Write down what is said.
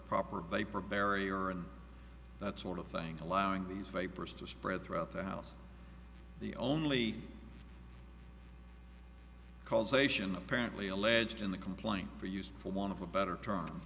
proper viper barrier and that sort of thing allowing these fibers to spread throughout the house the only causation apparently alleged in the complaint for use for want of a better term